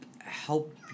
help